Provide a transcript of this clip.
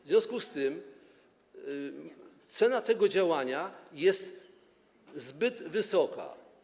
W związku z tym cena tego działania jest zbyt wysoka.